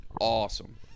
Awesome